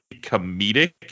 comedic